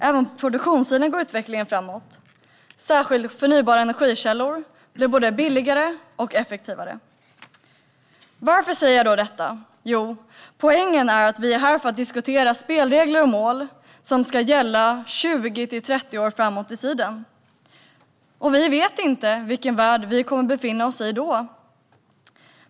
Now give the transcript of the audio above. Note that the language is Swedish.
Även på produktionssidan går utvecklingen framåt. I synnerhet förnybara energikällor blir både billigare och effektivare. Varför säger jag då detta? Jo, poängen är att vi är här för att diskutera spelregler och mål som ska gälla 20-30 år framåt i tiden. Vi vet inte vilken värld vi kommer att befinna oss i då.